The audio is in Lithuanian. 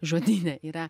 žodyne yra